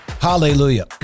Hallelujah